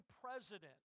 president